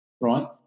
right